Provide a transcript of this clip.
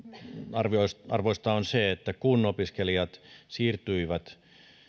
huomionarvoista on se että kun opiskelijat siirtyivät